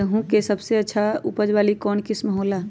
गेंहू के सबसे अच्छा उपज वाली कौन किस्म हो ला?